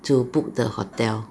to book the hotel